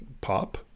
pop